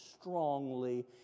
strongly